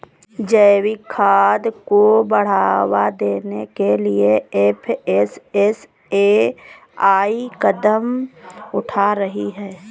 जैविक खाद को बढ़ावा देने के लिए एफ.एस.एस.ए.आई कदम उठा रही है